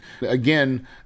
again